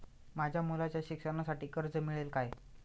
माझ्या मुलाच्या शिक्षणासाठी कर्ज मिळेल काय?